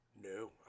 No